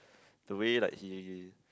the way like he